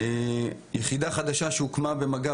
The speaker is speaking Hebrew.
בימים אלה מוקמת יחידה חדשה במג"ב,